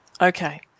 Okay